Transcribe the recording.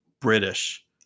british